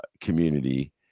community